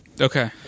okay